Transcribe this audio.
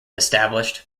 established